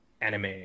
anime